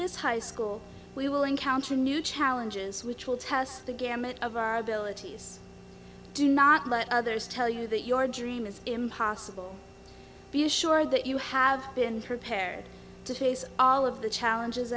this high school we will encounter new challenges which will test the gamut of our abilities do not let others tell you that your dream is impossible be assured that you have been prepared to face all of the challenges